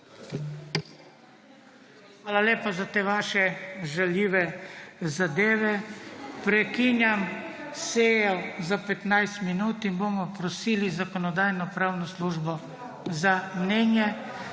Hvala lepa za te vaše žaljive zadeve. Prekinjam sejo za 15 minut in bomo prosili Zakonodajno-pravno službo za mnenje.